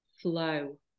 flow